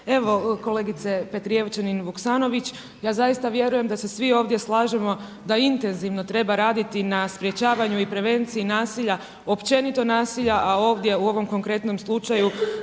Evo kolegice Petrijevčanin Vuksanović, ja zaista vjerujem da se svi ovdje slažemo da intenzivno treba raditi na sprečavanju i prevenciji nasilja općenito nasilja, a ovdje u ovom konkretnom slučaju